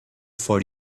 for